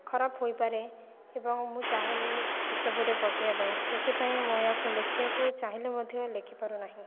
ଖରାପ ହୋଇପାରେ ଏବଂ ମୁଁ ଚାହୁଁନି ଏସବୁରେ ପସିବା ପାଇଁ ସେଥିପାଇଁ ମୁଁ ଏହାକୁ ଲେଖିବାକୁ ଚାହିଁଲେ ମଧ୍ୟ ଲେଖି ପାରୁନାହିଁ